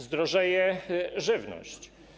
Zdrożeje żywność.